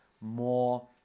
more